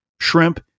shrimp